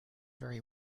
very